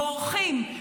מורחים,